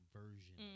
version